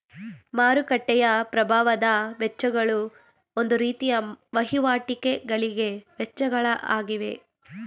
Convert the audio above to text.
ಮಾರುಕಟ್ಟೆಯ ಪ್ರಭಾವದ ವೆಚ್ಚಗಳು ಒಂದು ರೀತಿಯ ವಹಿವಾಟಿಗಳಿಗೆ ವೆಚ್ಚಗಳ ಆಗಿವೆ